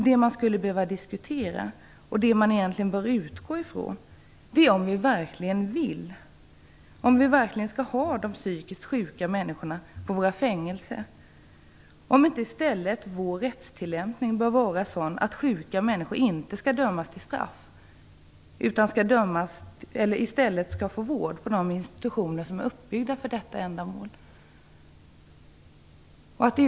Det man skulle behöva diskutera och det man bör utgå från är om vi verkligen skall ha de psykiskt sjuka människorna på våra fängelser. Bör inte vår rättstillämpning i stället vara sådan att sjuka människor inte döms till straff utan får vård på de institutioner som är uppbyggda för detta ändamål?